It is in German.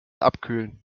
abkühlen